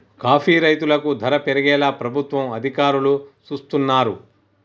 coffee రైతులకు ధర పెరిగేలా ప్రభుత్వ అధికారులు సూస్తున్నారు